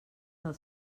del